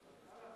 נגד, 36, בעד,